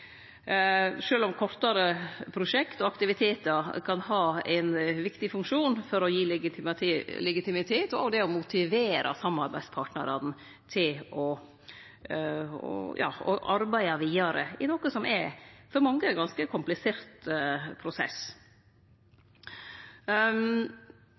aktivitetar kan ha ein viktig funksjon for å gi legitimitet og motivere samarbeidspartnarane til å arbeide vidare i noko som for mange er ein ganske komplisert